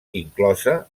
inclosa